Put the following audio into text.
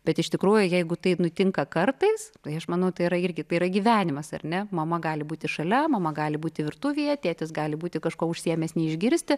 bet iš tikrųjų jeigu tai nutinka kartais tai aš manau tai yra irgi yra gyvenimas ar ne mama gali būti šalia mama gali būti virtuvėje tėtis gali būti kažkuo užsiėmęs neišgirsti